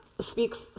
speaks